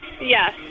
Yes